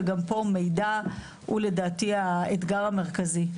וגם פה מידע הוא לדעתי האתגר המרכזי.